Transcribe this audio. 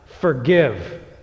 forgive